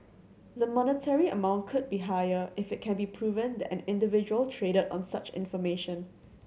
the monetary amount could be higher if it can be proven that an individual traded on such information